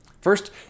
First